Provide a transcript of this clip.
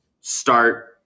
start